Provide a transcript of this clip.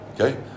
okay